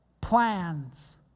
plans